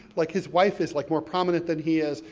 like, his wife is like more prominent than he is.